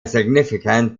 significant